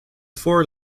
fore